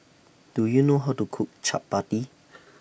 Do YOU know How to Cook Chappati